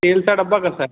तेलाचा डबा कसा आहे